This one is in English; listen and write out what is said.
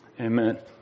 amen